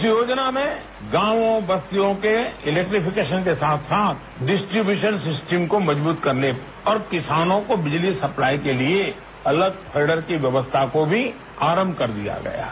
इस योजना में गांवों बस्तियों के इलेक्ट्रीफिकेशन के साथ साथ डिस्ट्रीब्यूशन सिस्टम को मजबूत करने और किसानों को बिजली सप्लाई के लिए अलग केडर की व्यवस्था को भी आरंभ कर दिया है